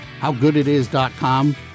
howgooditis.com